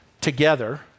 together